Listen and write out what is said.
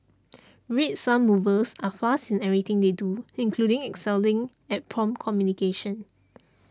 Red Sun Movers are fast in everything they do including excelling at prompt communication